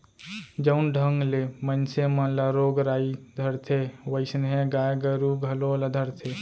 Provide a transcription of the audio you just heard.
जउन ढंग ले मनसे मन ल रोग राई धरथे वोइसनहे गाय गरू घलौ ल धरथे